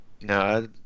No